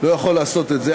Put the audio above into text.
אני לא יכול לעשות את זה.